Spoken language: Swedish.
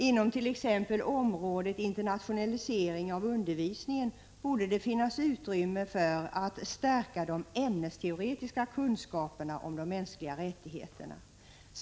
Inom t.ex. området internationalisering av undervisningen borde det finnas utrymme för att stärka de ämnesteoretiska kunskaperna om de mänskliga rättigheterna.